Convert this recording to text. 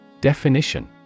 Definition